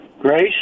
Grace